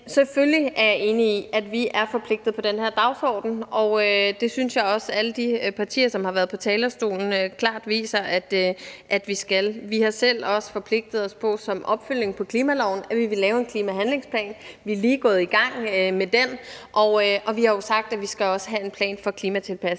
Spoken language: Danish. selvfølgelig er jeg enig i, at vi er forpligtet på den her dagsorden. Det synes jeg også at alle de partier, som har været på talerstolen, klart viser at vi er. Vi har også selv forpligtet os på, som opfølgning på klimaloven, at vi vil lave en klimahandlingsplan. Vi er lige gået i gang med den, og vi har jo sagt, at vi også skal have en plan for klimatilpasning.